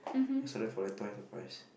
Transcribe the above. I sell them for like twice the price